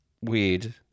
weird